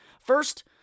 First